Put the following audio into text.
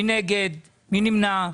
מי נגד, מי נמנע?